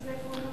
איזה עקרונות?